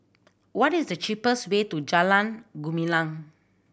what is the cheapest way to Jalan Gumilang